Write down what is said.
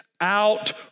out